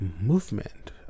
movement